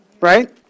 right